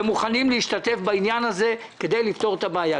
שהם מוכנים להשתתף בעניין הזה כדי לפתור את הבעיה.